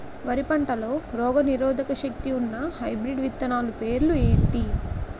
వరి పంటలో రోగనిరోదక శక్తి ఉన్న హైబ్రిడ్ విత్తనాలు పేర్లు ఏంటి?